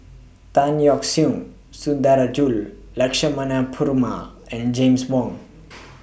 Tan Yeok Seong Sundarajulu Lakshmana Perumal and James Wong